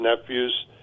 nephews